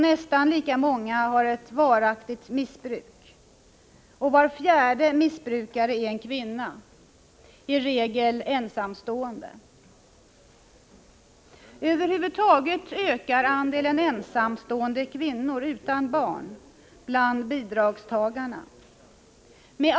Nästan lika många har ett varaktigt missbruk, och var fjärde missbrukare är en kvinna, i regel ensamstående. Över huvud taget ökar andelen ensamstående kvinnor utan barn bland bidragstagarna.